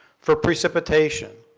for precipitation,